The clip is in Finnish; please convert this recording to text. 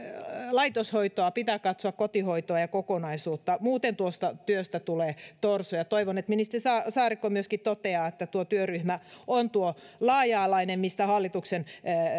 laitoshoitoa pitää katsoa kotihoitoa ja kokonaisuutta muuten tuosta työstä tulee torso toivon että ministeri saarikko myöskin toteaa että tuo työryhmä on laaja alainen mistä hallituksen